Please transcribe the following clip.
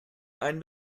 ein